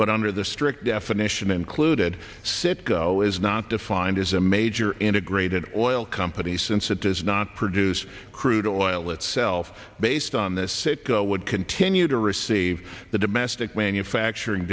but under the strict definition included citgo is not defined as a major integrated oil company since it does not produce crude oil itself based on the citgo would continue to receive the domestic manufacturing